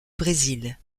brésil